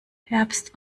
herbst